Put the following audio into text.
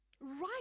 Right